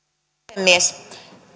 puhemies